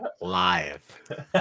live